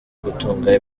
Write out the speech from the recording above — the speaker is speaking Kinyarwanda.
gutunga